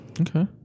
Okay